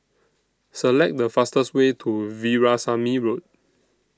Select The fastest Way to Veerasamy Road